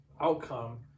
outcome